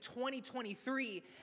2023